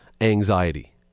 anxiety